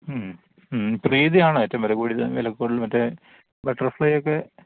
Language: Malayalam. മ്മ് മ്മ് പ്രീതിയാണ് ഏറ്റവും വിലകൂടിയത് വില കൂടുതൽ മറ്റേ ബട്ടർഫ്ലൈ ഒക്കെ